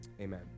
Amen